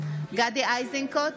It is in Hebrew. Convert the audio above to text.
גדי איזנקוט,